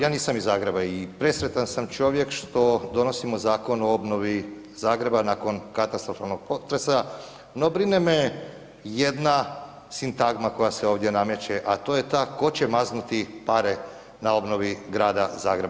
Ja nisam iz Zagreba i presretan sam čovjek što donosimo Zakon o obnovi Zagreba nakon katastrofalnog potresa, no brine me jedna sintagma koja se ovdje nameće, a to je ta tko će maznuti pare na obnovi Grada Zagreba.